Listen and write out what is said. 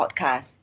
podcast